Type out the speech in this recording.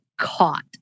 caught